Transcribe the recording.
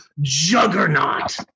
juggernaut